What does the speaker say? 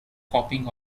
copying